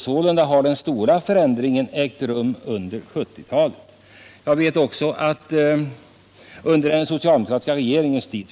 Sålunda har den stora föränd= = ringen ägt rum under den socialdemokratiska regeringens tid.